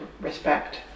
respect